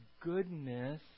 goodness